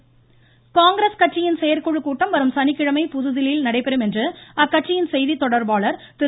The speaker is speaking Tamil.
செயற்குழு கூட்டம் காங்கிரஸ் கட்சியின் செயற்குழு கூட்டம் வரும் சனிக்கிழமை புதுதில்லியில் நடைபெறும் என்று அக்கட்சியின் செய்தித்தொடர்பாளர் திரு